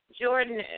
Jordan